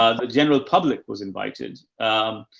ah the general public was invited. um,